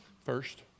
first